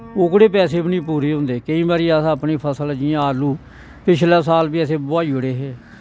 ओह्कड़े पैसे बी नी पूरे होंदे केंई बारी अस अपनी फसल जियां आलू पिछले साल बी असें बुआही ओड़े हे